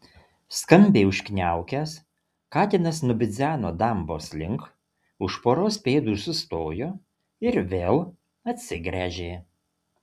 skambiai užkniaukęs katinas nubidzeno dambos link už poros pėdų sustojo ir vėl atsigręžė